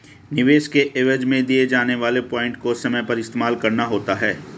निवेश के एवज में दिए जाने वाले पॉइंट को समय पर इस्तेमाल करना होता है